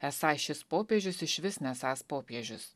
esą šis popiežius išvis nesąs popiežius